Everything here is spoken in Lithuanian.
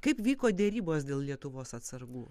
kaip vyko derybos dėl lietuvos atsargų